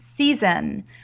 Season